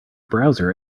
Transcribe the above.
browser